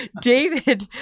David